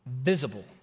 visible